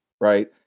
Right